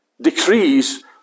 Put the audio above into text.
decrees